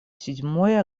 седьмое